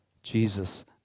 Jesus